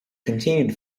continued